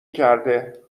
کرده